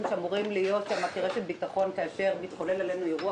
שאמורים להיות רשת ביטחון כאשר מתחולל עלינו אירוע